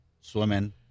swimming